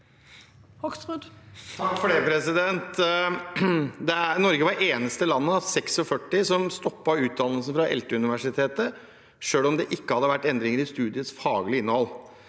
Hoksrud (FrP) Norge var det enes- te landet av 46 som stoppet utdannelsen fra ELTE-universitetet, selv om det ikke hadde vært endringer i studiets faglige innhold.